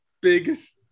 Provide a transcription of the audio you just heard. Biggest